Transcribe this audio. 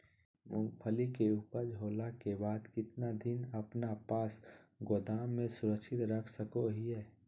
मूंगफली के ऊपज होला के बाद कितना दिन अपना पास गोदाम में सुरक्षित रख सको हीयय?